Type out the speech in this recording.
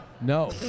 No